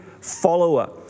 follower